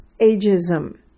ageism